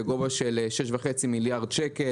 בגובה של 6.5 מיליארד ₪.